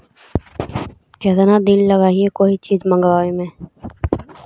केतना दिन लगहइ कोई चीज मँगवावे में?